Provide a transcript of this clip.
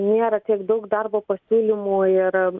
nėra tiek daug darbo pasiūlymų ir